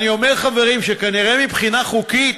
אני אומר, חברים, שכנראה מבחינה חוקית,